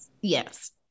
Yes